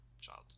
child